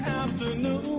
afternoon